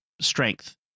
strength